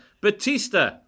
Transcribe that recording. Batista